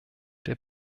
der